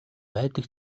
байдаг